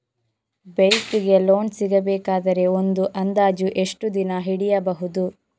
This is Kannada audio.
ಬೈಕ್ ಗೆ ಲೋನ್ ಸಿಗಬೇಕಾದರೆ ಒಂದು ಅಂದಾಜು ಎಷ್ಟು ದಿನ ಹಿಡಿಯಬಹುದು?